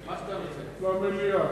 למליאה.